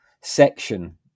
section